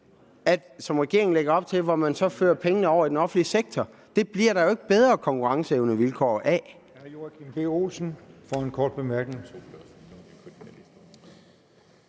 som regeringen lægger op til, hvor man fører pengene over i den offentlige sektor. Det bliver vilkårene for konkurrenceevnen jo